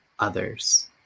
Others